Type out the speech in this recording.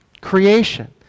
creation